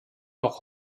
noch